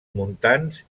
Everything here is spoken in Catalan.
muntants